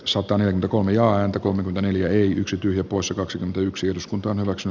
sopanen kolme ja häntä kommentoi neliö yksi tyhjä poissa kaksi yksi uskonto on osa